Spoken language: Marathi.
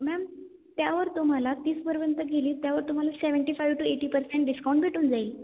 मॅम त्यावर तुम्हाला तीसपर्यंत गेलीत त्यावर तुम्हाला seventy five to eighty percent discount भेटून जाईल